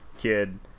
kid